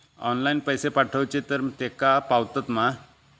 Online पैसे पाठवचे तर तेका पावतत मा?